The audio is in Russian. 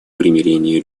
примирение